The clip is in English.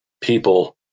people